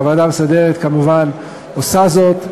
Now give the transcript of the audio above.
והוועדה המסדרת כמובן עושה זאת,